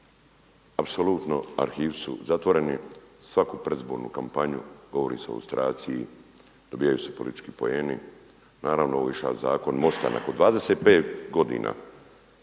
apsolutno arhivi su zatvoreni. Svaku predizbornu kampanju, govori se o lustraciji, dobijaju se politički poeni. Naravno ovo je išao zakon MOST-a nakon 25 godina